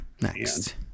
next